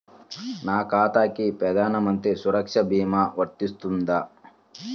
నా ఖాతాకి ప్రధాన మంత్రి సురక్ష భీమా వర్తిస్తుందా?